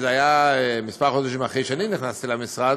וזה היה כמה חודשים אחרי שנכנסתי למשרד,